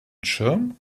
schirm